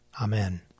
Amen